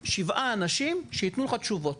שבעה אנשים שיתנו לך תשובות